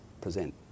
present